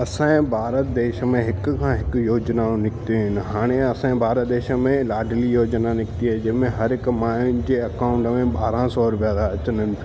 असांजे भारत देश में हिकु खां हिकु योजना निकितियूं आहिनि हाणे असांजे भारत देश में लाडली योजना निकिती आहे जंहिंमें हर हिकु माइयुनि जे अकाउंट में ॿारहं सौ रुपिया था अचनि